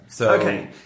Okay